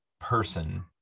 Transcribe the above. person